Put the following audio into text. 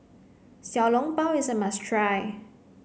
Xiao Long Bao is a must try